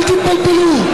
אל תתבלבלו,